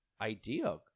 idea